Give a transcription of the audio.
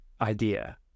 idea